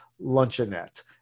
Luncheonette